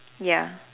ya